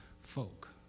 folk